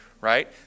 right